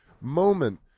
moment